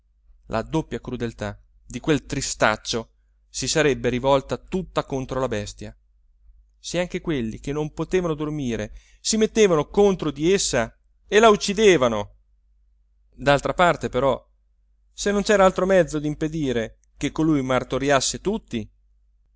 la doppia crudeltà di quel tristaccio si sarebbe rivolta tutta contro la bestia se anche quelli che non potevano dormire si mettevano contro di essa e la uccidevano d'altra parte però se non c'era altro mezzo d'impedire che colui martoriasse tutti